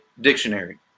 dictionary